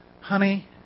honey